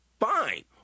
fine